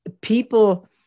people